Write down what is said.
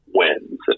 wins